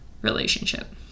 relationship